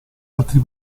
altri